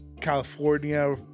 California